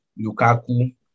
Lukaku